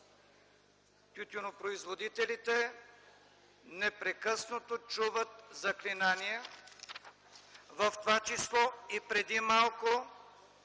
тютюнопроизводителите непрекъснато чуват заклинания, в това число и преди малко